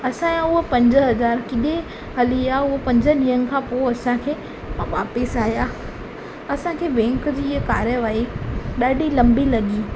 असांजा उहे पंज हज़ार किथे हली विया उहे पंज ॾींहंनि खां पोइ असांखे वापिसि आया असांखे बैंक जी हीअ कार्यवाई ॾाढी लंबी लॻी